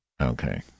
Okay